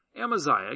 Amaziah